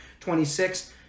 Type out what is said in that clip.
26